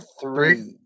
three